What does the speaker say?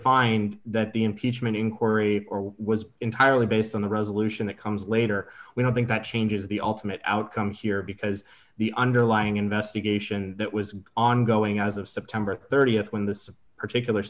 find that the impeachment inquiry or was entirely based on the resolution that comes later we don't think that changes the ultimate outcome here because the underlying investigation that was ongoing as of september th when this particular